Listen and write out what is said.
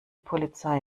polizei